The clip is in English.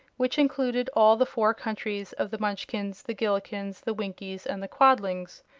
which included all the four countries of the munchkins, the gillikins, the winkies and the quadlings.